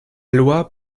loi